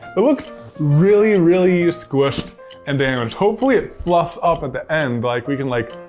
it looks really, really squished and damaged. hopefully it fluffs up in the end, like we can like.